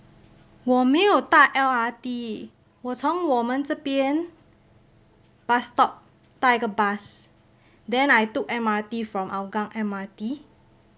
我没有搭 L_R_T 我从我们这边 bus stop 搭一个 bus then I took M_R_T from hougang M_R_T